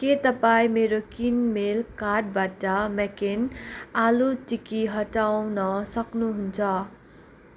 के तपाईँ मेरो किनमेल कार्टबाट मेकेन आलु टिक्की हटाउन सक्नुहुन्छ